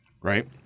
Right